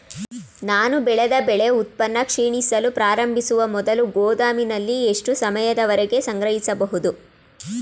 ನಾನು ಬೆಳೆದ ಬೆಳೆ ಉತ್ಪನ್ನ ಕ್ಷೀಣಿಸಲು ಪ್ರಾರಂಭಿಸುವ ಮೊದಲು ಗೋದಾಮಿನಲ್ಲಿ ಎಷ್ಟು ಸಮಯದವರೆಗೆ ಸಂಗ್ರಹಿಸಬಹುದು?